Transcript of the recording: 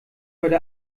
heute